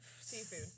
seafood